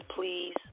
please